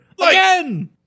again